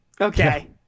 Okay